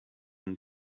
and